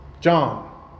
John